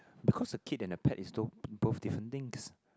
because a kid and the pet is both different things